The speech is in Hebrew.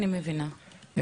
אני מבינה,